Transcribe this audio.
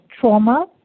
trauma